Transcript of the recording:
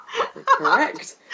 Correct